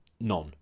none